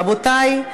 רבותי,